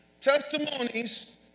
Testimonies